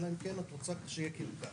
אלא אם כן את רוצה שיהיה קרקס.